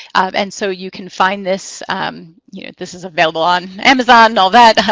and so you can find this you know this is available on amazon and all that,